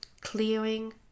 clearing